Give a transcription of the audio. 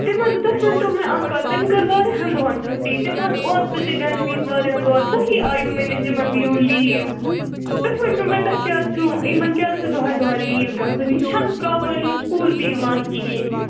تِمَن تُہۍ ؤنۍ تَو مےٚ اَکھ تٔمۍ کٔر واریاہَن دۄہَن چھُٹی تِم آسہٕ اوترٕ تہِ گَرِ بِہِتھ واریاہَن دۄہَن تُہی آیِو مےٚ نِش یِمَن دِیِو لیٖو تُہۍ ؤنِو مےٚ تۄہہِ کیٛاز چھُو یِمَن کیٛاز چھُ دۄہَے دۄہَے لیٖو گژھان یہِ چھَنہٕ پرٛاپَرلی سکوٗل تہِ یِوان کِہیٖنۍ